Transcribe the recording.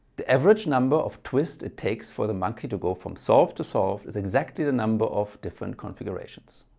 the average number of twists it takes for the monkey to go from solved to solved is exactly the number of different configurations.